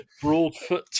Broadfoot